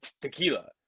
tequila